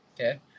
okay